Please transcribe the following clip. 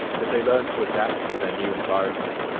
did they learn to adapt to their new environment,